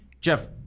Jeff